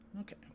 Okay